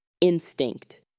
Instinct